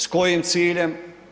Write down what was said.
S kojim ciljem?